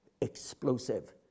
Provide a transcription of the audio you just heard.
explosive